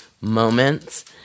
moments